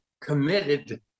committed